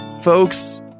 folks